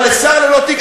אבל לשר ללא תיק?